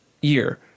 year